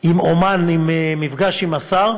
עם אמן במפגש עם השר,